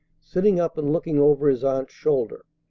sitting up and looking over his aunt's shoulder.